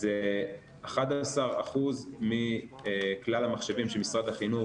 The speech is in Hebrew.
זה 11% מכלל המחשבים שמשרד החינוך